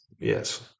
Yes